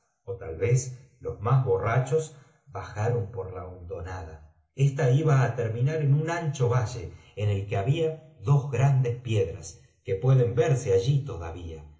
ó tal vez los más borrachos bajaron por la hondonada esta iba á terminar en un ancho valle en el que había dos ftgfndes piedras que pueden verse allí todavía